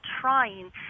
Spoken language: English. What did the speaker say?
trying